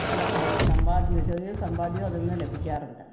നല്ല സം സമ്പാദ്യ ചെറിയൊരു സമ്പാദ്യവും അതിൽ നിന്ന് ലഭിക്കാറുണ്ട്